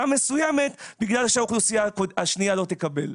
מסוימת בגלל שהאוכלוסייה השנייה לא תקבל.